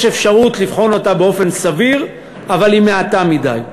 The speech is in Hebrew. אפשרות לבחון אותה באופן סביר אבל היא מעטה מדי.